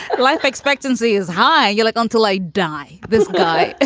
life expectancy is high. you'll look until i die. this guy